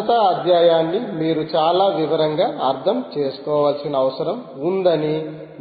భద్రతా అధ్యాయాన్ని మీరు చాలా వివరంగా అర్థం చేసుకోవాల్సిన అవసరం ఉందని